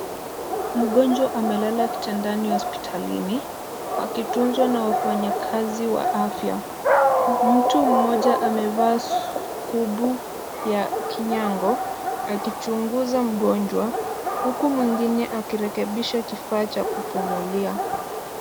Mgonjwa amelala kitandani hospitalini akitunzwa na wafanyakazi wa afya. Mtu mmoja amevaa skrubu ya kinyago akichunguza mgonjwa huku mwingine akirekebisha kifaa cha kupumulia.